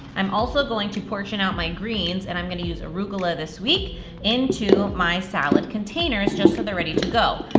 i'm also going to portion out my greens, and i'm gonna use arugula this week into my salad containers, just so they're ready to go.